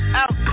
out